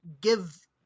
give